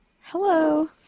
Hello